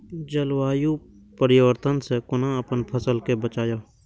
जलवायु परिवर्तन से कोना अपन फसल कै बचायब?